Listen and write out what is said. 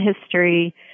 history